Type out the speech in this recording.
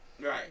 Right